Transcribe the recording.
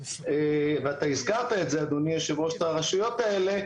ואתה הזכרת את הרשויות האלה,